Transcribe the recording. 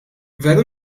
veru